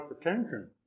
attention